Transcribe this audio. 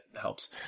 helps